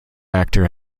actor